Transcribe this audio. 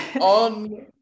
on